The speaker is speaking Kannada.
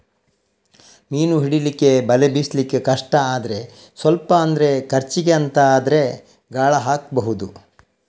ಮೀನು ಹಿಡೀಲಿಕ್ಕೆ ಬಲೆ ಬೀಸ್ಲಿಕ್ಕೆ ಕಷ್ಟ ಆದ್ರೆ ಸ್ವಲ್ಪ ಅಂದ್ರೆ ಖರ್ಚಿಗೆ ಅಂತ ಆದ್ರೆ ಗಾಳ ಹಾಕ್ಬಹುದು